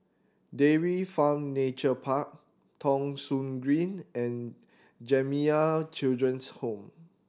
Dairy Farm Nature Park Thong Soon Green and Jamiyah Children's Home